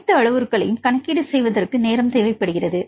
அனைத்து அளவுருக்களையும் கணக்கீடு செய்வதற்கு நேரம் தேவைப்படுகிறது